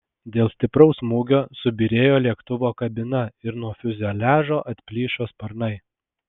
dėl stipraus smūgio subyrėjo lėktuvo kabina ir nuo fiuzeliažo atplyšo sparnai